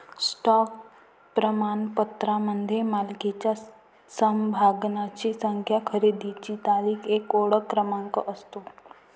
stock प्रमाणपत्रामध्ये मालकीच्या समभागांची संख्या, खरेदीची तारीख, एक ओळख क्रमांक असतो